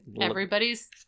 Everybody's